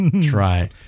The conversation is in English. try